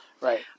right